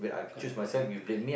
correct correct correct